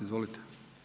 Izvolite.